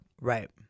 Right